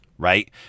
right